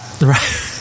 Right